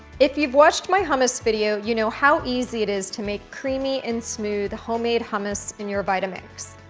if you've watched my hummus video, you know how easy it is to make creamy and smooth homemade hummus in your vitamix.